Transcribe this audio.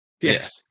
yes